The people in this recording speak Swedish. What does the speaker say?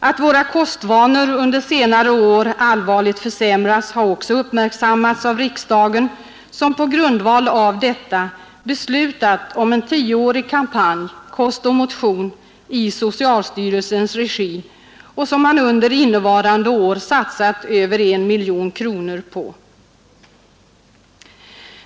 Att våra kostvanor under senare år allvarligt försämrats har också uppmärksammats av riksdagen, som på grundval av detta beslutat om en tioårig kampanj — ”Kost och motion” — i socialstyrelsens regi och som man under innevarande år satsat över 1 miljon kronor på.